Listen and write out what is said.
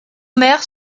mère